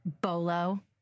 Bolo